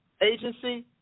Agency